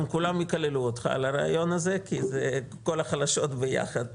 הם כולם יקללו אותך על הרעיון הזה כי זה כול החלשות ביחד.